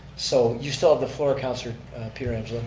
so you still have the floor, councilor pietrangelo.